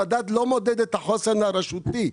המדד לא מודד את החוסן הרשותי.